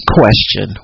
question